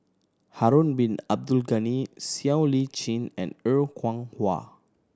Harun Bin Abdul Ghani Siow Lee Chin and Er Kwong Wah